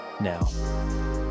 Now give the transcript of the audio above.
now